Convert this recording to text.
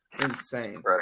insane